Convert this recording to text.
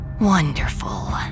Wonderful